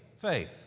faith